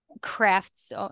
crafts